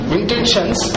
Intentions